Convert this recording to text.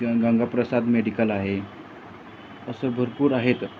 ग गंगाप्रसाद मेडिकल आहे असं भरपूर आहेत